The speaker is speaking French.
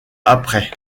après